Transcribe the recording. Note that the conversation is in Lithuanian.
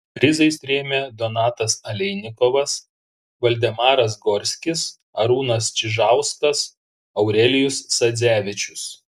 prizais rėmė donatas aleinikovas valdemaras gorskis arūnas čižauskas aurelijus sadzevičius